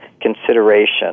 consideration